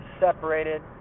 separated